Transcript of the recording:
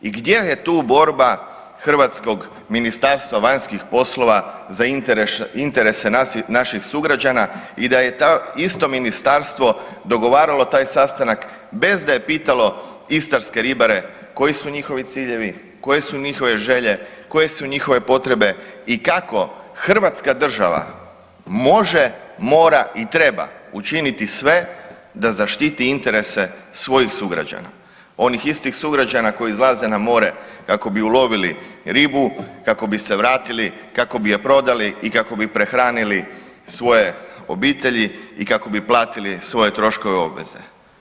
I gdje je tu borba hrvatskog Ministarstva vanjskih poslova za interese naših sugrađana i da je to isto ministarstvo dogovaralo taj sastanak bez da je pitalo istarske ribare koji su njihovi ciljevi, koje su njihove želje, koje su njihove potrebe i kako Hrvatska država može, mora i treba učiniti sve da zaštiti interese svojih sugrađana, onih istih sugrađana koji izlaze na more kako bi ulovili ribu, kako bi se vratili, kako bi je prodali i kako bi prehranili svoje obitelji i kako bi platili svoje troškove i obveze.